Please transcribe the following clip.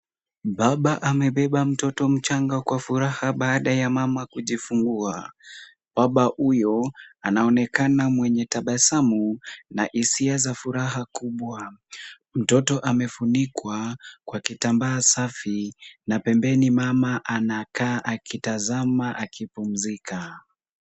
Baba amebeba mtoto mchanga kwa furaha baada ya mama kujifungua. Baba huyo anaonekana mwenye tabasamu na hisia za furaha kubwa. Mtoto amefunikwa kwa kitambaa safi na pembeni mama anakaa akitazama akipumzika.